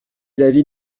l’avis